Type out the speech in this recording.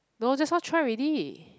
no just now try already